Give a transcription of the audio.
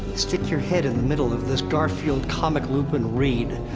stick your head in the middle of this garfield comic loop and read,